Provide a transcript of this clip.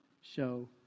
show